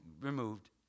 removed